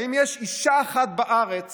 האם יש אישה אחת בארץ